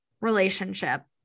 relationship